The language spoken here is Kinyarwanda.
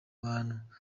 bantu